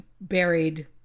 buried